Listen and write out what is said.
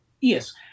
Yes